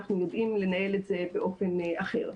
אנחנו יודעים לנהל את זה באופן אחר,